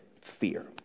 fear